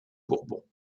bourbon